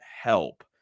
help